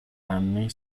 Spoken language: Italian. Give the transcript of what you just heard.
anni